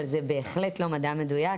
אבל זה בהחלט לא מדע מדויק,